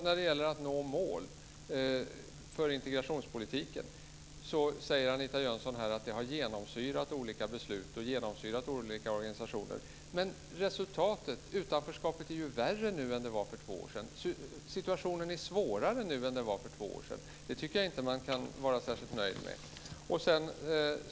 När det gäller att nå målen för integrationspolitiken säger Anita Jönsson att detta har genomsyrat olika beslut och olika organisationer. Men hur är det med resultatet? Utanförskapet är ju värre nu jämfört med hur det var för två år sedan - situationen nu är svårare än situationen var för två år sedan. Det tycker jag inte att man kan vara särskilt nöjd med.